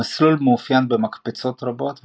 המסלול מאופיין במקפצות רבות,